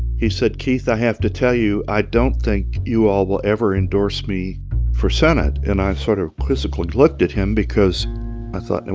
he said, keith, i have to tell you i don't think you all will ever endorse me for senate. and i sort of quizzically looked at him because i thought, and